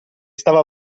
stava